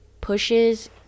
pushes